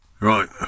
Right